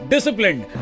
Disciplined